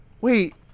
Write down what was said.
wait